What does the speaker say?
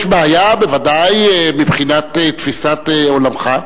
יש בעיה, בוודאי, מבחינת תפיסת עולמך,